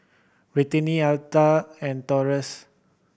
Britany Altha and Taurus